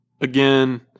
again